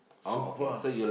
so far